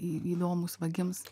į įdomūs vagims